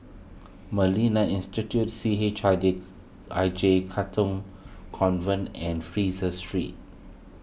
Institute C H I I J Katong Convent and Fraser Street